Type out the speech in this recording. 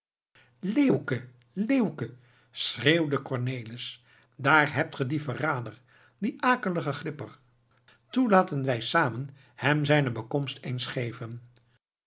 leeuwke leeuwke schreeuwde cornelis daar hebt ge dien verrader dien akeligen glipper toe laten wij samen hem zijne bekomst eens geven